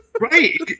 Right